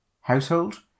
household